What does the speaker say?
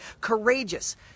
Courageous